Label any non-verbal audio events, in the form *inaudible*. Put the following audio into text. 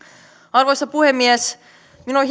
arvoisa puhemies minua *unintelligible*